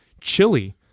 chili